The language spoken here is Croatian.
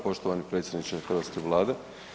Poštovani predsjedniče hrvatske Vlade.